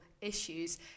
issues